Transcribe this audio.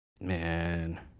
man